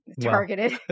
targeted